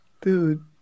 Dude